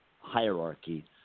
hierarchy